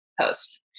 post